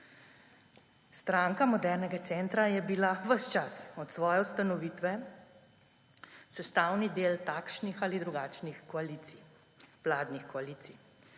Stranka modernega centra je bila ves čas od svoje ustanovitve sestavni del takšnih ali drugačnih koalicij, vladnih koalicij.